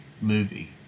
movie